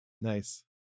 Nice